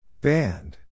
Band